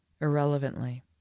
Irrelevantly